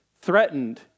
threatened